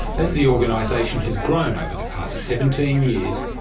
as the organisation has grown over the past seventeen years,